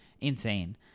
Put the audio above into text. insane